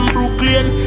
Brooklyn